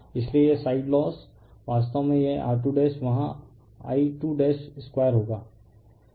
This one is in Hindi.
इसलिए यह साइड लोस वास्तव में यह R2 वहाँ I22होगा